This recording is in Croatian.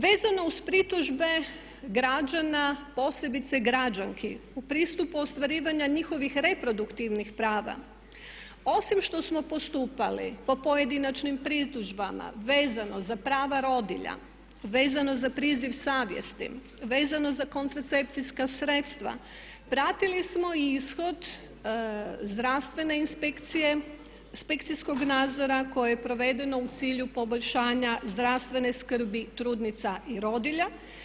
Vezano uz pritužbe građana posebice građanki u pristupu ostvarivanja njihovih reproduktivnih prava osim što smo postupali po pojedinačnim pritužbama vezano za prava rodilja, vezano za priziv savjesti, vezano za kontracepcijska sredstva, pratili smo i ishod zdravstvene inspekcije, inspekcijskog nadzora koje je provedeno u cilju poboljšanja zdravstvene skrbi trudnica i rodilja.